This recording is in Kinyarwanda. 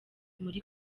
muri